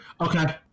Okay